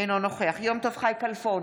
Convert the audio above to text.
אינו נוכח יום טוב חי כלפון,